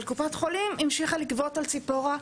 אבל קופת החולים המשיכה לגבות על ציפורה.